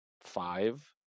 five